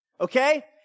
okay